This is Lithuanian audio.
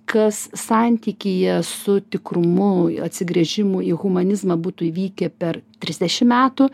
kas santykyje su tikrumu atsigręžimu į humanizmą būtų įvykę per trisdešim metų